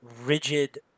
rigid